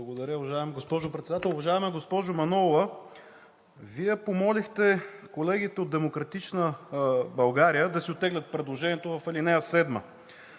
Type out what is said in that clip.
Благодаря, уважаема госпожо Председател. Уважаема госпожо Манолова, Вие помолихте колегите от „Демократична България“ да си оттеглят предложението в ал. 7,